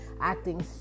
acting